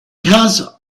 has